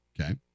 Okay